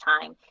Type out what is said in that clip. time